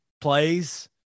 plays